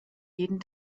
jeden